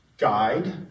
guide